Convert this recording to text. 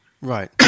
Right